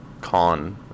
con